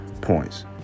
points